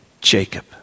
Jacob